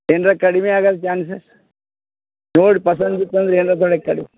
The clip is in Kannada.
ಏನರ ಕಡಿಮೆ ಆಗದೆ ಚಾನ್ಸ್ ನೋಡಿ ಪಸಂದು ಇತ್ತಂದ್ರೆ ಏನರ ತೊಳಿ ಕಡಿಮೆ